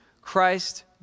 Christ